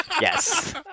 Yes